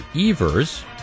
Evers